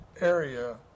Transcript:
area